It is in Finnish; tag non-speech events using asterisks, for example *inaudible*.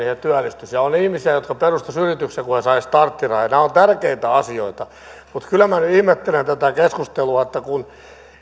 *unintelligible* ja on ihmisiä jotka perustaisivat yrityksen kun he saisivat starttirahaa nämä ovat tärkeitä asioita mutta kyllä minä nyt ihmettelen tätä keskustelua että kun